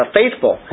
faithful